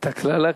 את הקללה.